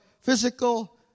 physical